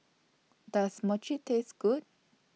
Does Mochi Taste Good